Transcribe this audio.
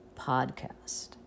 podcast